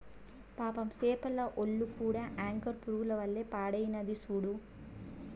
పాపం సేపల ఒల్లు కూడా యాంకర్ పురుగుల వల్ల పాడైనాది సూడు